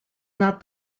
not